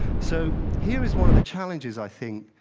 so here is one of the challenges, i think,